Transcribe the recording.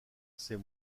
c’est